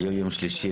היום יום שלישי,